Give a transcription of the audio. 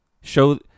Show